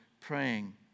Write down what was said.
praying